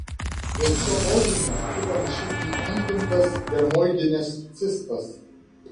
dėl šio požymio ji panaši į įgimtas dermoidines cistas